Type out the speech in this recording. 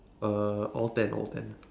uh all ten all ten